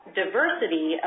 diversity